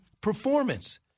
performance